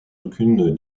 aucune